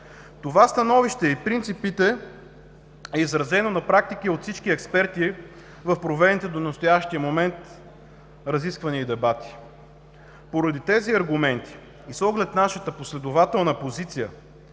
Това становище е изразено на практика от всички експерти в проведените до настоящия момент разисквания и дебати. Поради тези аргументи и с оглед нашата последователна позиция